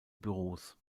büros